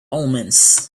omens